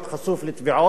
עם ריביות,